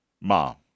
mom